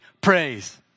praise